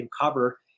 cover